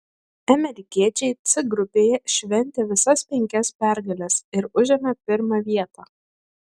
amerikiečiai c grupėje šventė visas penkias pergales ir užėmė pirmą vietą